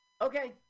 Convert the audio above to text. Okay